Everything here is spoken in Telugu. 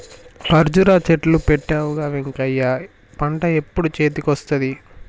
కర్జురా చెట్లు పెట్టవుగా వెంకటయ్య పంట ఎప్పుడు చేతికొస్తది